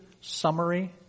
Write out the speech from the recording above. summary